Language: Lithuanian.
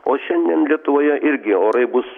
o šiandien lietuvoje irgi orai bus